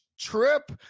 trip